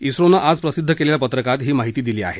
इस्रोनं आज प्रसिद्ध केलेल्या पत्रकात ही माहिती दिली आहे